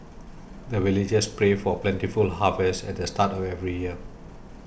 the villagers pray for plentiful harvest at the start of every year